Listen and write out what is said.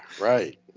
right